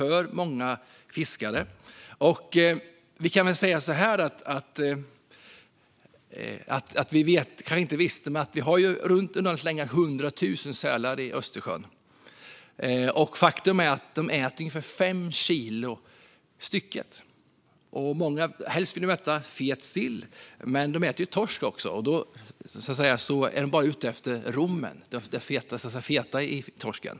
I Östersjön finns i runda slängar hundra tusen sälar. Faktum är att var och en äter fem kilo om dagen. Helst vill de äta fet sill, men de äter även torsk. Då är de bara ute efter rommen, det vill säga det fetaste i torsken.